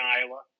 Iowa